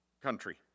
country